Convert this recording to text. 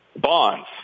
Bonds